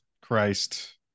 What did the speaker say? Christ